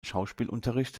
schauspielunterricht